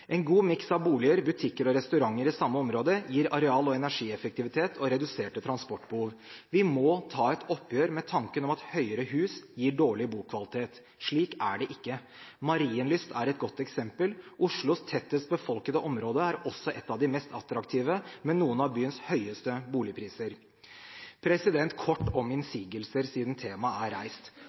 En god miks av boliger, butikker og restauranter i samme område gir areal- og energieffektivitet og reduserte transportbehov. Vi må ta et oppgjør med tanken om at høyere hus gir dårlig bokvalitet. Slik er det ikke. Marienlyst er et godt eksempel. Oslos tettest befolkede område er også et av de mest attraktive, med noen av byens høyeste boligpriser. Kort om innsigelser, siden temaet er reist.